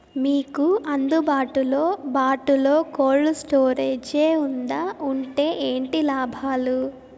మీకు అందుబాటులో బాటులో కోల్డ్ స్టోరేజ్ జే వుందా వుంటే ఏంటి లాభాలు?